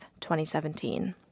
2017